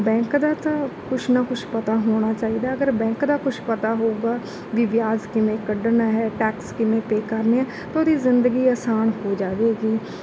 bank ਦਾ ਤਾਂ ਕੁਛ ਨਾ ਕੁਛ ਪਤਾ ਹੋਣਾ ਚਾਹੀਦਾ ਅਗਰ ਬੈਂਕ ਦਾ ਕੁਛ ਪਤਾ ਹੋਊਗਾ ਵੀ ਵਿਆਜ ਕਿਵੇਂ ਕੱਢਣਾ ਹੈ ਟੈਕਸ ਕਿਵੇਂ ਪੇ ਕਰਨੇ ਹੈ ਤਾਂ ਉਹਦੀ ਜ਼ਿੰਦਗੀ ਅਸਾਨ ਹੋ ਜਾਵੇਗੀ